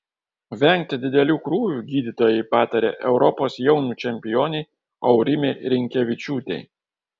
vengti didelių krūvių gydytojai patarė europos jaunių čempionei aurimei rinkevičiūtei